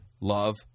love